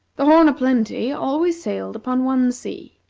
the horn o' plenty always sailed upon one sea,